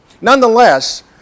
Nonetheless